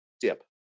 dip